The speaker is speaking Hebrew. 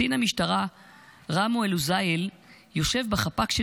קצין המשטרה רמו אלהוזייל יושב בחפ"ק של